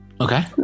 okay